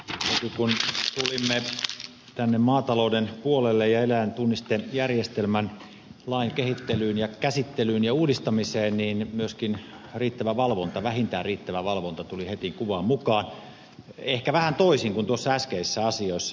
kun tulimme tänne maatalouden puolelle ja eläintunnistejärjestelmän lain kehittelyyn käsittelyyn ja uudistamiseen niin myöskin riittävä valvonta vähintään riittävä valvonta tuli heti kuvaan mukaan ehkä vähän toisin kuin äskeisissä asioissa